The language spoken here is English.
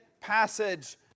passage